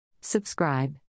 Subscribe